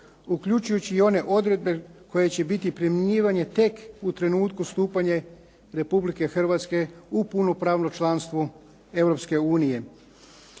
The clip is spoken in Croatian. uključujući i one odredbe koje će biti primjenjivane tek u trenutku stupanja Republike Hrvatske u punopravno članstvo